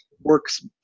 works